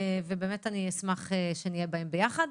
אני באמת אשמח שנהיה בהן ביחד.